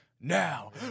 now